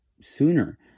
sooner